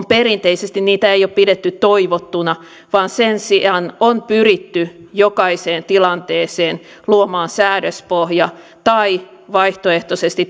perinteisesti ei ole pidetty toivottuina vaan sen sijaan on pyritty jokaiseen tilanteeseen luomaan säädöspohja tai vaihtoehtoisesti